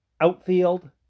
outfield